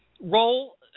role